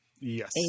Yes